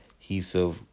adhesive